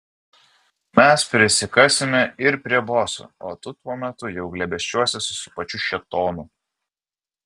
mes prisikasime ir prie boso o tu tuo metu jau glėbesčiuosiesi su pačiu šėtonu